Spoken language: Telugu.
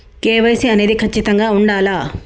కే.వై.సీ అనేది ఖచ్చితంగా ఉండాలా?